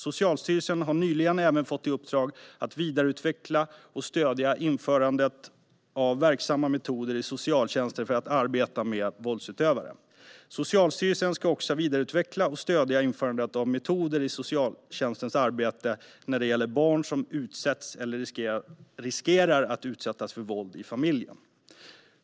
Socialstyrelsen har nyligen även fått i uppdrag att vidareutveckla och stödja införandet av verksamma metoder i socialtjänsten för att arbeta med våldsutövare. Socialstyrelsen ska också vidareutveckla och stödja införandet av metoder i socialtjänstens arbete när det gäller barn som utsätts för eller riskerar att utsättas för våld i familjen.